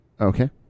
Okay